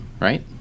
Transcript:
Right